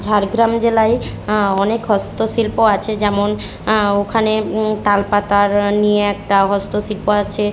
ঝাড়গ্রাম জেলায় অনেক হস্তশিল্প আছে যেমন ওখানে তালপাতার নিয়ে একটা হস্তশিল্প আছে